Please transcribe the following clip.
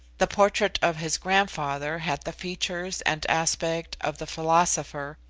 the portrait of his grandfather had the features and aspect of the philosopher,